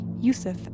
Yusuf